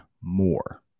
more